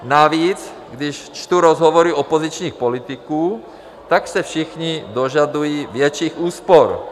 Navíc když čtu rozhovory opozičních politiků, tak se všichni dožadují větších úspor.